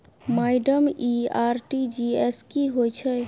Madam इ RTGS की होइ छैय?